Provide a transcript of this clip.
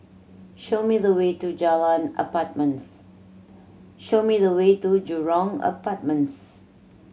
show me the way to Jalan Apartments show me the way to Jurong Apartments